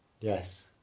Yes